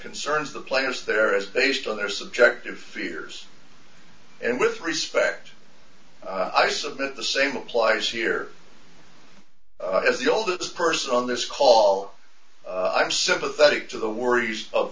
concerns the players there as based on their subjective fears and with respect i submit the same applies here as the oldest person on this call i'm sympathetic to the worries of